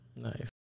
nice